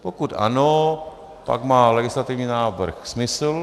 Pokud ano, pak má legislativní návrh smysl.